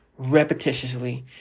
repetitiously